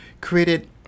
created